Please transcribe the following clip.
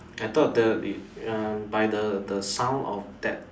I thought that will be uh by the the sound of that